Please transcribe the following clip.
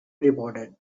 reported